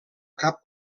cap